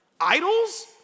Idols